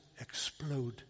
explode